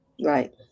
Right